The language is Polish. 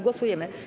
Głosujemy.